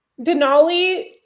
Denali